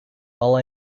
all